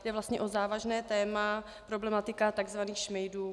Jde vlastně o závažné téma, problematiku tzv. šmejdů.